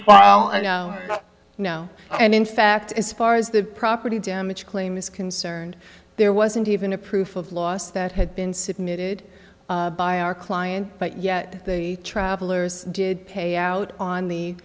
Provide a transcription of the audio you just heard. file and now and in fact as far as the property damage claim is concerned there wasn't even a proof of loss that had been submitted by our client but yet travellers did pay out on the